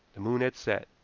the moon had set,